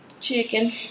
Chicken